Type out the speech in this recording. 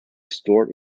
stored